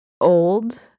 old